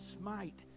smite